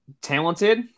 talented